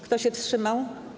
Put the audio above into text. Kto się wstrzymał?